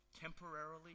temporarily